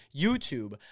YouTube